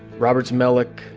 robert zmelik